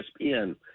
ESPN